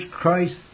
Christ